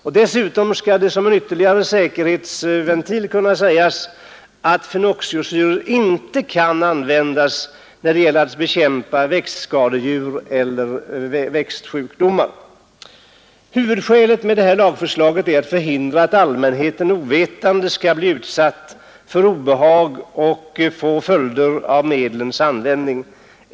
Dessutom kan sägas — vilket är ytterligare en säkerhetsventil — att fenoxisyror inte kan användas för bekämpning av växtskadedjur eller växtsjukdomar. Huvudskälet för lagförslaget är att förhindra att allmänheten utan att veta om det skall bli utsatt för obehag och riskera följder av medlens användning.